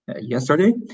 yesterday